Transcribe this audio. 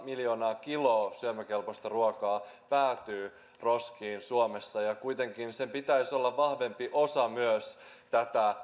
miljoonaa kiloa syömäkelpoista ruokaa päätyy roskiin suomessa ja kuitenkin sen pitäisi olla vahvempi osa myös tätä